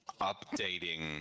updating